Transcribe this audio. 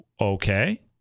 Okay